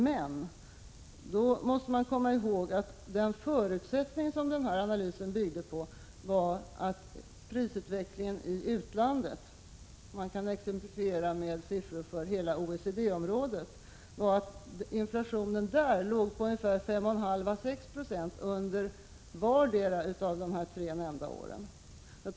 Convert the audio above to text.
Denna väg skulle leda till balans under vissa förutsättningar. En av dem var att inflationen i utlandet — man kan exemplifiera med siffror för hela OECD - låg på 5,5—6 96 för vartdera av dessa tre nämnda år.